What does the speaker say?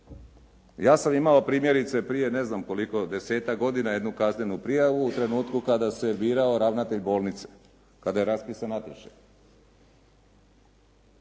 Ja sam imao primjerice, prije ne znam koliko, 10-tak godina, jednu kaznenu prijavu u trenutku kada se birao ravnatelj bolnice. Kada je raspisan natječaj.